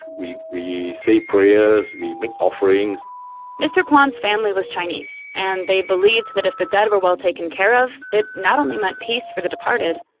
we we say prayers. we make offerings mr. kwan's family was chinese. and they believed that if the dead were well taken care of, it not only meant peace for the departed,